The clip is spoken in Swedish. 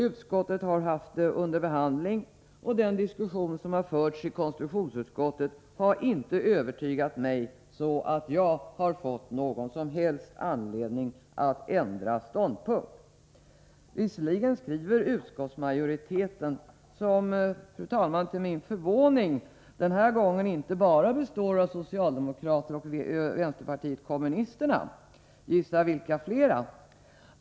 Utskottet har haft vår motion under behandling, och den diskussion som förts i konstitutionsutskottet har inte övertygat mig så att jag ser någon som helst anledning att ändra ståndpunkt. Visserligen skriver utskottsmajoriteten, som, fru talman, till min förvåning den här gången inte bara består av socialdemokrater och företrädare för vänsterpartiet kommunisterna — gissa vilka andra!